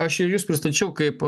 aš ir jus pristačiau kaip